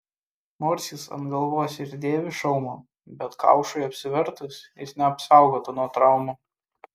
nors jis ant galvos ir dėvi šalmą bet kaušui apsivertus jis neapsaugotų nuo traumų